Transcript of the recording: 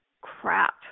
crap